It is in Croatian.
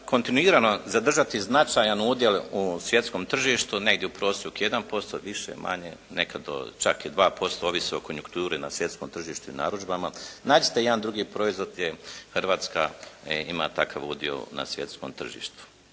kontinuirano zadržati značajan udjelu u svjetskom tržištu, negdje u prosjeku 1%, više, manje, nekad do čak i 2%, ovisi o konjukturi na svjetskom tržištu i narudžbama, nađite jedan drugi proizvod gdje Hrvatska ima takav udio na svjetskom tržištu.